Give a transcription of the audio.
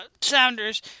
Sounders